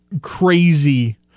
crazy